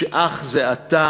שאך זה עתה